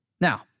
Now